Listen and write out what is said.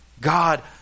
God